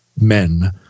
men